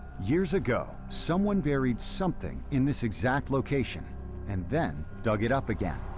years ago, someone buried something in this exact location and then dug it up again.